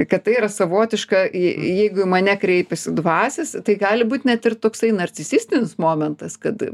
kad tai yra savotiška jei jeigu į mane kreipiasi dvasios tai gali būt net ir toksai narcisistinis momentas kad